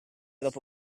dopo